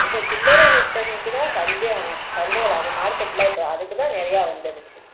இப்போ சில்லறை விற்பனைக்கு தான் சந்தே சந்தைகள் அது மார்க்கெட்ல இப்போ அதுக்கு தான் நிறையா வந்துருச்சு